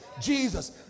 Jesus